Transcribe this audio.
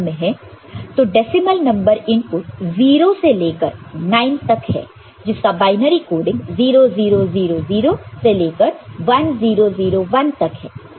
तो decimal number input 0 से लेकर 9 तक है जिसका बायनरी कोडिंग 0 0 0 0 से लेकर 1 0 0 1 तक है